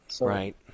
Right